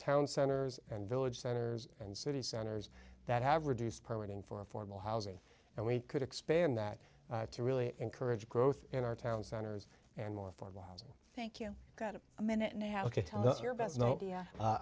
town centers and village centers and city centers that have reduced permitting for affordable housing and we could expand that to really encourage growth in our town centers and more formal housing thank you got it a minute know